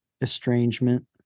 estrangement